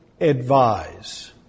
advise